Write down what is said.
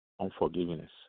unforgiveness